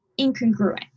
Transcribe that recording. incongruent